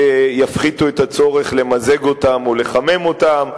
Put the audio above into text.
שיפחיתו את צורך למזג אותם או לחמם אותם,